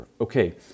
Okay